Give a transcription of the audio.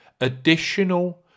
additional